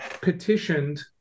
petitioned